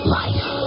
life